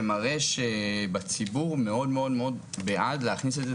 שמראה שבציבור מאוד בעד להכניס את זה